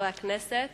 חברי הכנסת,